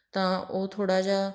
ਤਾਂ ਉਹ ਥੋੜ੍ਹਾ ਜਿਹਾ